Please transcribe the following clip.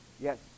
Yes